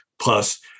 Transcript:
plus